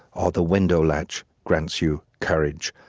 or the window latch grants you courage.